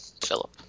Philip